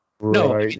No